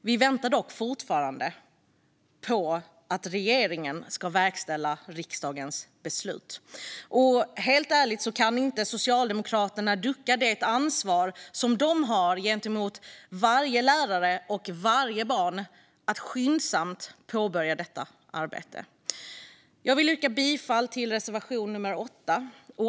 Vi väntar dock fortfarande på att regeringen ska verkställa riksdagens beslut. Helt ärligt kan inte Socialdemokraterna ducka det ansvar de har gentemot varje lärare och varje barn att skyndsamt påbörja detta arbete. Jag vill yrka bifall till reservation nummer 8.